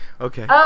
Okay